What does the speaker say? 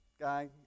guy